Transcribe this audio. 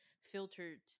filtered